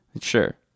sure